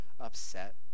upset